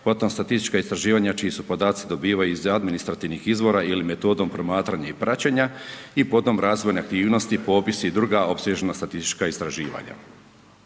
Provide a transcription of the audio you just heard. potom statistička istraživanja čiji se podaci dobivaju iz administrativnih izvora ili metodom promatranja i praćenja i potom razvojne aktivnosti, popis i druga opsežna statistička istraživanja.